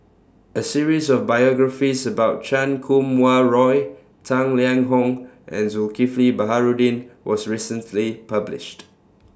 A series of biographies about Chan Kum Wah Roy Tang Liang Hong and Zulkifli Baharudin was recently published